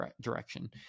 direction